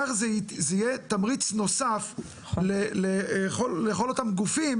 כך זה יהיה תמריץ נוסף לכל אותם גופים